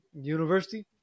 university